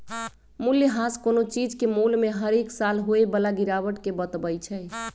मूल्यह्रास कोनो चीज के मोल में हरेक साल होय बला गिरावट के बतबइ छइ